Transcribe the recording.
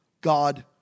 God